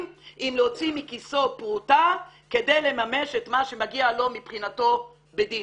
אם להוציא מכיסו פרוטה כדי לממש את מה שמגיע לו מבחינתו בדין.